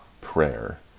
prayer